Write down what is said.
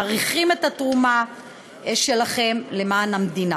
מעריכים את התרומה שלכם למען המדינה.